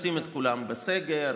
לשים את כולם בסגר,